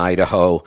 Idaho